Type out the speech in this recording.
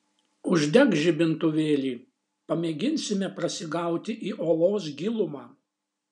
uždek žibintuvėlį pamėginsime prasigauti į olos gilumą